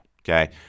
Okay